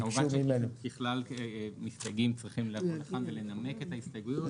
ככלל מסתייגים צריכים לבוא לכאן ולנמק את ההסתייגויות.